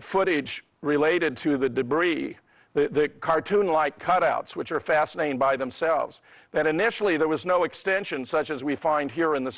footage related to the debris the cartoon like cutouts which were fascinated by themselves and initially there was no extension such as we find here in the